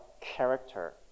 character